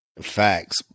Facts